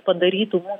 padarytų mus